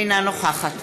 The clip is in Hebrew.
אינה נוכחת